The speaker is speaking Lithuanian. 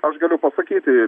aš galiu pasakyti